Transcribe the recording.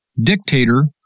dictator